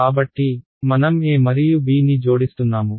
కాబట్టి మనం a మరియు b ని జోడిస్తున్నాము